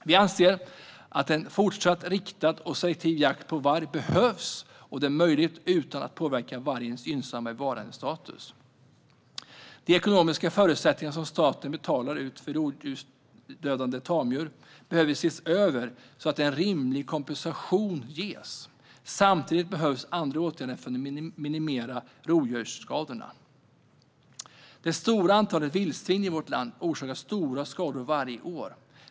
Vi anser att en fortsatt riktad och selektiv jakt på varg behövs och är möjlig utan att påverka vargens gynnsamma bevarandestatus. De ekonomiska ersättningar som staten betalar ut för rovdjursdödade tamdjur behöver ses över så att en rimlig kompensation ges. Samtidigt behövs andra åtgärder för att minimera rovdjursskadorna. Det stora antalet vildsvin i vårt land orsakar skador för stora belopp varje år.